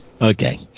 Okay